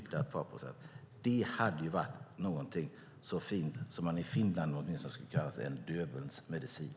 Det hade varit något som åtminstone i Finland hade kallats en Döbelnsmedicin.